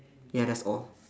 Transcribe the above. ya that's all